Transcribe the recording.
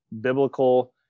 biblical